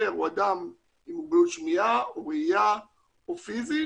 הוא אדם עם מוגבלות שמיעה או ראייה או פיזית